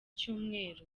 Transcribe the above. cyumweru